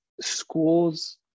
schools